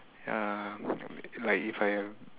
ya like if I